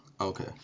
Okay